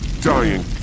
Dying